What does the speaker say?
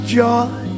joy